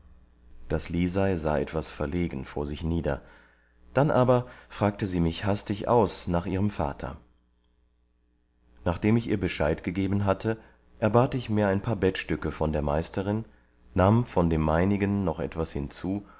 das lisei sah etwas verlegen vor sich nieder dann aber fragte sie mich hastig aus nach ihrem vater nachdem ich ihr bescheid gegeben hatte erbat ich mir ein paar bettstücke von der meisterin nahm von den meinigen noch etwas hinzu